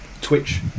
Twitch